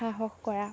সাহস কৰা